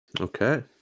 Okay